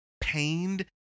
pained